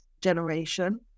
generation